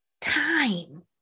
time